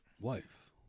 wife